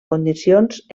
condicions